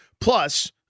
plus –